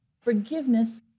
Forgiveness